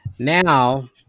Now